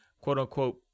quote-unquote